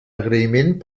agraïment